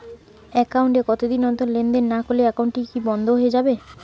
Account এ কতদিন অন্তর লেনদেন না করলে একাউন্টটি কি বন্ধ হয়ে যাবে?